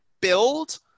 build